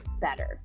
better